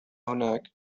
هناك